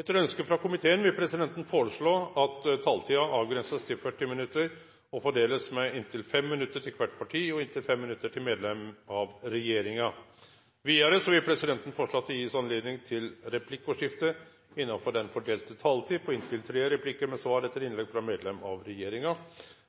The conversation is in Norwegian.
Etter ønske fra familie- og kulturkomiteen vil presidenten foreslå at taletiden begrenses til 40 minutter og fordeles med inntil 5 minutter til hvert parti og inntil 5 minutter til medlem av regjeringen. Videre vil presidenten foreslå at det gis anledning til replikkordskifte på inntil tre replikker med svar etter innlegg fra medlem av regjeringen